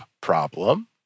problem